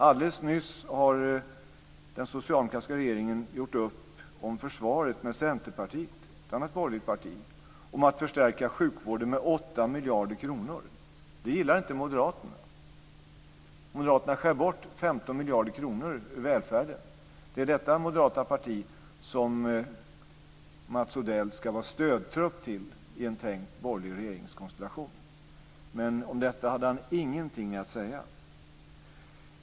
Alldeles nyss har den socialdemokratiska regeringen gjort upp om försvaret med Centerpartiet, ett annat borgerligt parti, om att förstärka sjukvården med 8 miljarder kronor. Det gillar inte moderaterna. Moderaterna skär bort 15 miljarder kronor ur välfärden. Det är detta moderata parti som Mats Odell ska var stödtrupp till i en tänkt borgerlig regeringskonstellation. Men om detta hade han ingenting att säga.